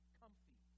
comfy